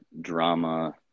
Drama